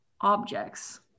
objects